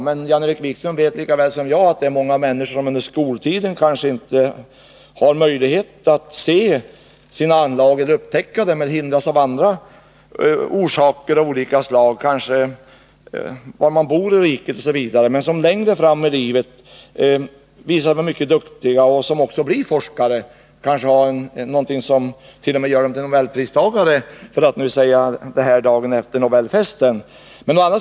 Men Jan-Erik Wikström vet lika väl som jag att det är många människor som under skoltiden kanske inte har möjlighet att upptäcka sina anlag eller hindras av andra orsaker av olika slag, t.ex. var de bor i riket, men som längre fram i livet visar sig vara mycket duktiga och också blir forskare. De kanske t.o.m. har anlag som gör dem till Nobelpristagare, för att nu knyta an till Nobelfesten i går.